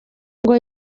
ngo